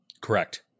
Correct